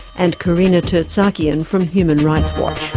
and carina tertsakian from human rights watch.